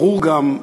ברור גם,